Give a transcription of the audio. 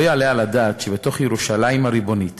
לא יעלה על הדעת שבתוך ירושלים הריבונית